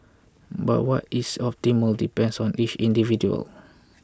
but what is optimal depends on each individual